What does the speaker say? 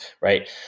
right